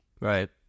Right